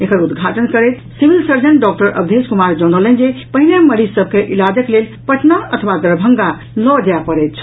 एकर उद्घाटन करैत civil surgeon doctor Awadhesh Kumar जनौलनि जे पहिने मरीज सभ के इलाज लेल पटना अथवा दरभंगा लऽ जाय पड़ैत छल